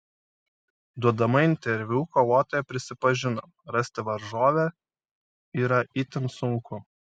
duodama interviu kovotoja prisipažino rasti varžovę yra itin sunku